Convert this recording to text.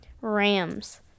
rams